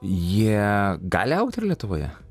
jie gali augti ir lietuvoje